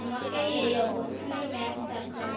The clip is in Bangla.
আমাকে এই অবস্থানের ম্যাপ দেখাও